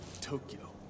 Tokyo